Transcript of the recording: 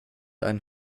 ein